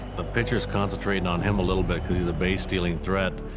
the pitcher is concentrating on him a little bit because he's a base-stealing threat.